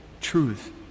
truth